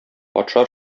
патша